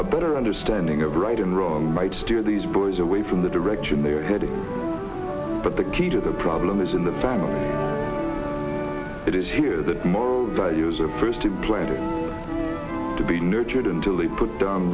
a better understanding of right and wrong might do these boys away from the direction they are heading but the key to the problem is in the family it is here that moral values are first implanted to be nurtured until they put down